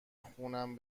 خونم